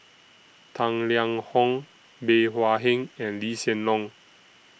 Tang Liang Hong Bey Hua Heng and Lee Hsien Loong